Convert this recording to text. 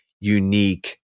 unique